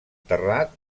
terrat